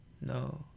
no